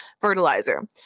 fertilizer